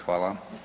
Hvala.